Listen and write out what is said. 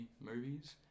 movies